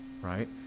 right